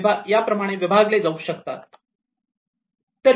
2 याप्रमाणे विभागले जाऊ शकतात